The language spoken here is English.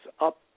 up